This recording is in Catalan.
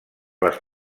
les